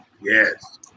Yes